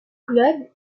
club